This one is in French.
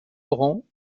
laurent